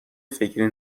فکری